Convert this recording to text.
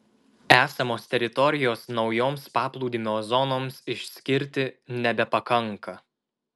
esamos teritorijos naujoms paplūdimio zonoms išskirti nebepakanka